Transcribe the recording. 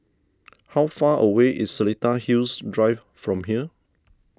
how far away is Seletar Hills Drive from here